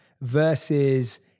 versus